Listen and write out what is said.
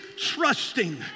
trusting